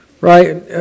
Right